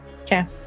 Okay